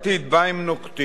קובעת הצעת החוק